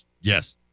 Yes